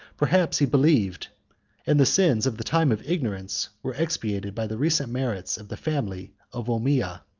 perhaps he believed and the sins of the time of ignorance were expiated by the recent merits of the family of ommiyah.